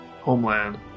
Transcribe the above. homeland